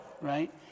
right